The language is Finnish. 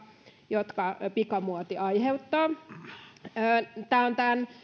jotka pikamuoti aiheuttaa tämä on tämän